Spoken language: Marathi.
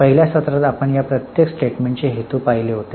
पहिल्या सत्रात आपण या प्रत्येक स्टेटमेंटचे हेतू पाहिले होते